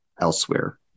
elsewhere